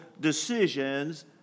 decisions